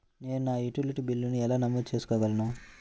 నేను నా యుటిలిటీ బిల్లులను ఎలా నమోదు చేసుకోగలను?